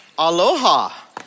Aloha